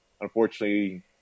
unfortunately